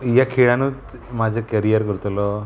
ह्या खेळानूच म्हाजें कॅरियर करतलो